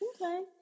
Okay